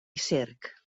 cerc